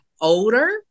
older